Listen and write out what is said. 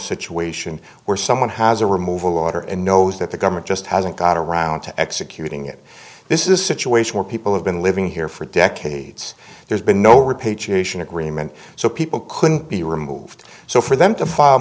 situation where someone has a removal order and knows that the government just hasn't got around to executing it this is a situation where people have been living here for decades there's been no repatriation agreement so people couldn't be removed so for them to file